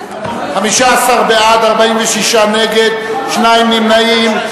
15 בעד, 46 נגד, שני נמנעים.